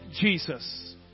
Jesus